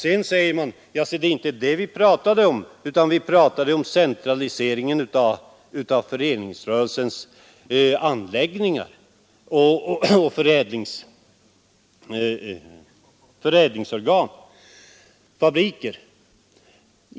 Sedan säger man: Det är inte detta vi pratade om, utan vi pratade om centraliseringen av föreningsrörelsens anläggningar och fabriker.